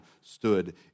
stood